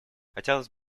хотелось